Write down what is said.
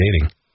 dating